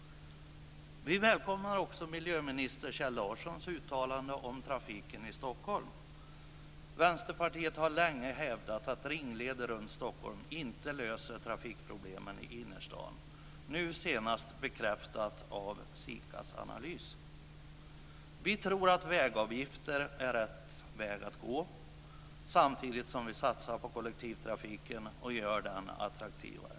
Vi välkomnar också miljöminister Kjell Larssons uttalande om trafiken i Stockholm. Vänsterpartiet har länge hävdat att ringleder runt Stockholm inte löser trafikproblemen i innerstan - senast bekräftat av Vi tror att vägavgifter är rätta vägen att gå, samtidigt som vi satsar på kollektivtrafiken och gör den attraktivare.